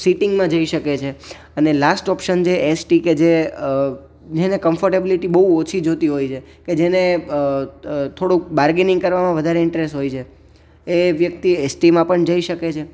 સિટિંગમાં જઈ શકે છે અને લાસ્ટ ઓપશન છે એસટી કે જે જેને કન્ફોરટેબિલિટી બઉ ઓછી જોઈતી હોય છે કે જેને થોડું બારર્ગેનિંગ કરવામાં વધારે ઈન્ટરેસ્ટ હોય છે એ વ્યક્તિ એસટીમાં પણ જઈ શકે છે